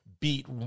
beat